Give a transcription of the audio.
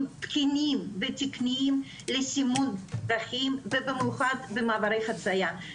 התקינים והתקניים לסימון דרכים ובמיוחד במעברי חציה.